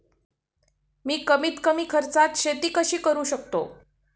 मी कमीत कमी खर्चात शेती कशी करू शकतो?